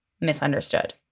misunderstood